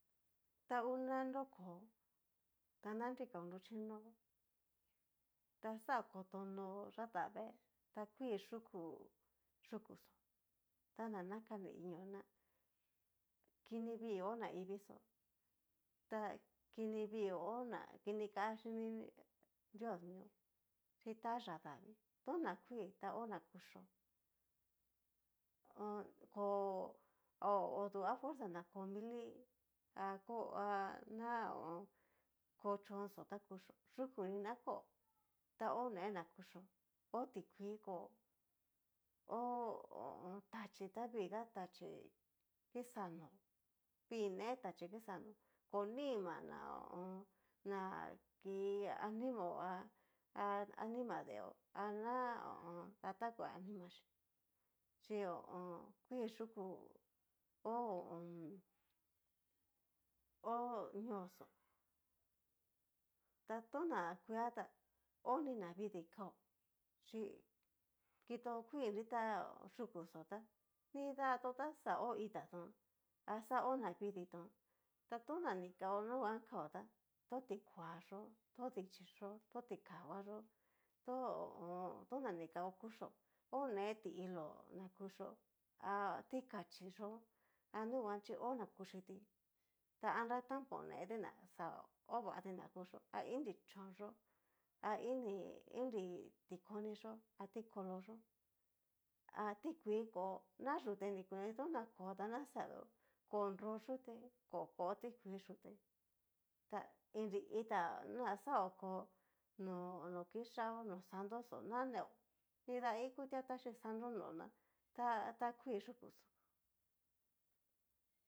Ta ngu na nroko ta narikao nruchino ta xa kotonó yatavee, ta kuiiyukuxó yuku yó ta na nakan inio na kini vii ho naivii xó, ta kini vii o ná kini kan chíni drios mio yi tayá davii to na kui ta hó na kuchío ho o on, koó udu afuerza ko milia ako ná ko chón xó ta kuchío, yuku na kó ta oné na kuxio oho tikuii kó ho o on tachíi ta viga taxhí kixa nó, vii ne taxi kixá nó ko nima na ho o on ki animao ha ha anima deeo ana ho o on. datakuea animaxí chí ho o on. kuii yuku ho o on. hó ñoyó ta tona kuiia tá oní navidii kao chí kito kui nrita yukuxó tá, nridatón ta xa ho itatón axa hó naviiditon ta no na ni kao nu nguan kao tá tó tikuayó tó dichí yó, to ti kahuayó to ho o on. to ni kao kuchió one ti'ilo na kuchío a tikachí yó anuguan o na kuchiti ta nra tambo neti na xa ovati na kuchio a inri chón yó, a inri inri ti koni yó a ti kolo yó ha tikuii kó na yute nikuni tana kota naxa veeo kon nro kuté ko mo tikuii yute la inri ita na xaoko no iyaó no santo xó naneó nrida ikutia taxhí santo nó na ta kuii yukuxó.